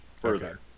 further